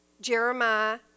Jeremiah